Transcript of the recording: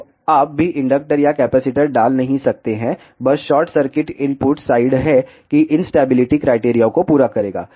तो आप भी इंडक्टर या कैपेसिटर डाल नहीं सकते है बस शॉर्ट सर्किट इनपुट साइड है कि इंस्टैबिलिटी क्राइटेरिया को पूरा करेगा